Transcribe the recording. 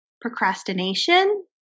procrastination